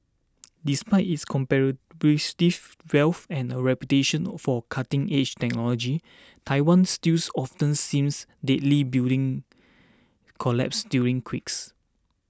despite its comparative wealth and a reputation or for cutting edge technology Taiwan stills often sees delete building collapses during quakes